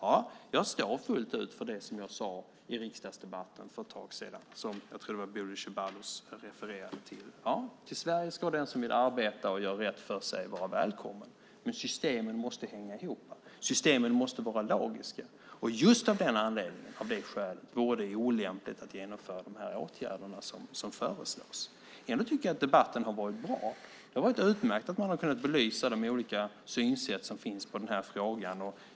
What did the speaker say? Ja, jag står fullt ut för det som jag sade i riksdagsdebatten för ett tag sedan. Jag tror att det var Bodil Ceballos som refererade till det. Till Sverige ska den som vill arbeta och göra rätt för sig vara välkommen. Men systemen måste hänga ihop. Systemen måste vara logiska. Just av den anledningen och av det skälet vore det olämpligt att genomföra de åtgärder som föreslås. Ändå tycker jag att debatten har varit bra. Det har varit utmärkt att man har kunnat belysa de olika synsätt som finns på frågan.